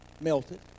melted